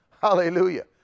hallelujah